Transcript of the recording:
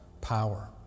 power